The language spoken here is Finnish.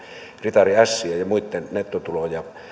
ritariässien ja muitten nettotuloja